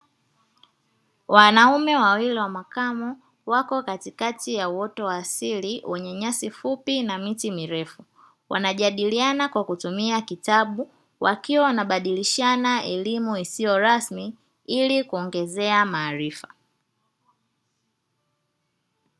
Wanaume wawili wa makamo wapo katikati ya uoto wa asili wenye nyasi fupi na miti mirefu wanajadiliana kwa kutumia kitabu, wakiwa wanabadilisha elimu isiyo rasmi ili kuongezea maarifa.